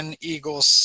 Eagles